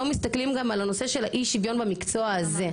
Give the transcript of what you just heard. מסתכלים גם על הנושא של האי שוויון במקצוע הזה,